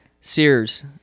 Sears